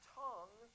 tongue